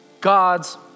God's